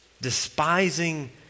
despising